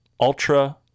Ultra